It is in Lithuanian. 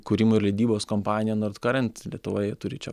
kūrimo ir leidybos kompanija nord karent lietuvoje turi čia